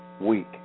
week